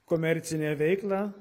komercinę veiklą